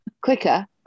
quicker